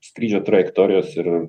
skrydžio trajektorijos ir